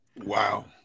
Wow